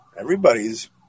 everybody's